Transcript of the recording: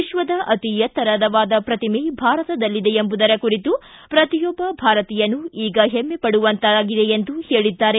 ವಿಶ್ವದ ಅತಿ ಎತ್ತರವಾದ ಪ್ರತಿಮೆ ಭಾರತದಲ್ಲಿದೆ ಎಂಬುದರ ಕುರಿತು ಪ್ರತಿಯೊಬ್ಬ ಭಾರತೀಯನೂ ಈಗ ಹೆಮ್ಮೆ ಪಡುವಂತಾಗಿದೆ ಎಂದು ಹೇಳಿದ್ದಾರೆ